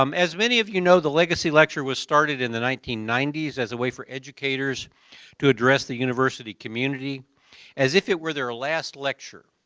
um as many of you know, the legacy lecture was started in the nineteen ninety s as a way for educators to address the university community as if they were their ah last lecture,